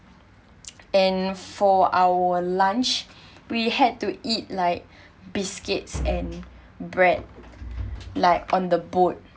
and for our lunch we had to eat like biscuits and bread like on the boat